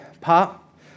Pop